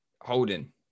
Holding